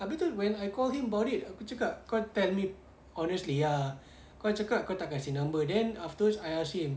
abeh terus when I call him about it aku cakap kau tell me honestly ah kau cakap kau tak kasi number then afterwards I ask him